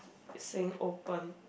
saying open